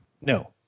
No